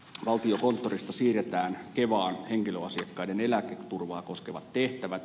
valtiokonttorista siirretään kevaan henkilöasiakkaiden eläketurvaa koskevat tehtävät